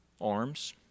arms